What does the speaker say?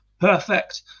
Perfect